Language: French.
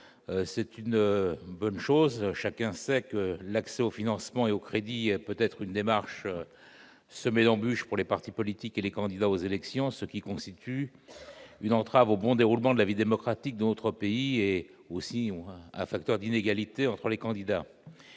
C'est une bonne chose. Chacun sait que l'accès au financement et notamment au crédit peut être une démarche semée d'embûches pour les partis politiques et pour les candidats aux élections. Il s'agit là d'une entrave au bon déroulement de la vie démocratique de notre pays et d'un facteur d'inégalités entre les candidats.